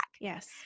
Yes